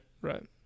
Right